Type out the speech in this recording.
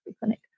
clinic